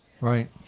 Right